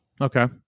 Okay